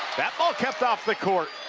that ball kept off the court.